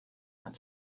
and